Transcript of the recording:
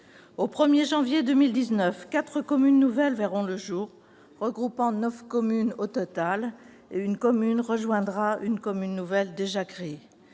Au 1 janvier 2019, quatre communes nouvelles verront le jour, regroupant neuf communes au total, et une commune rejoindra une commune nouvelle déjà créée.